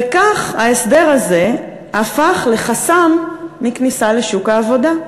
וכך ההסדר הזה הפך לחסם לכניסה לשוק העבודה.